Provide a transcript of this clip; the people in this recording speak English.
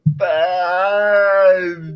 bad